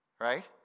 right